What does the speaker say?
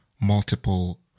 multiple